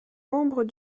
membre